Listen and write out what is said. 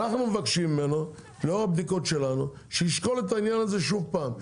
אנחנו מבקשים ממנו לאור הבדיקות שלנו שישקול את העניין הזה שוב פעם,